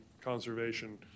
conservation